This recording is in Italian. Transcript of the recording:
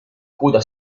coda